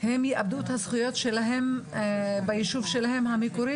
הם יאבדו את הזכויות שלהם ביישוב המקורי שלהם,